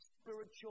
spiritual